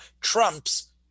trumps